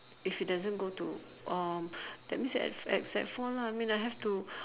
if he doesn't go to um that means at at sec four lah I mean I have to